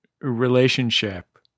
relationship